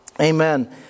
Amen